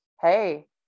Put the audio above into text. Hey